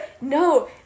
no